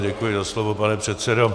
Děkuji za slovo, pane předsedo.